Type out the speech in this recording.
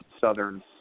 Southern